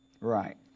Right